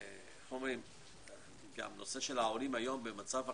גם הנושא של העולים היום במצב הקורונה,